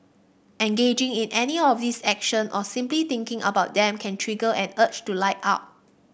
engaging in any of these action or simply thinking about them can trigger an urge to light up